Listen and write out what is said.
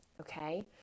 okay